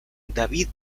david